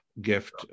gift